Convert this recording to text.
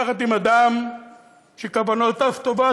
יחד עם אדם שכוונותיו טובות,